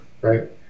right